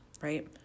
right